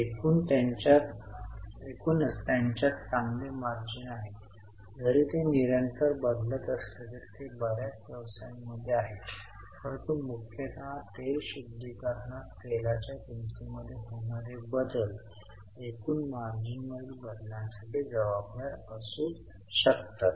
एकूणच त्यांच्यात चांगले मार्जिन आहे जरी ते निरंतर बदलत असले तरी ते बर्याच व्यवसायामध्ये आहेत परंतु मुख्यत तेल शुद्धीकरणात तेलाच्या किंमतींमध्ये होणारे बदल एकूण मार्जिनमधील बदलांसाठी जबाबदार असू शकतात